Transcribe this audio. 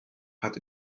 hat